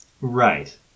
Right